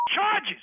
charges